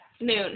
noon